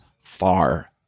far